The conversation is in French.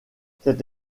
cette